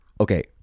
Okay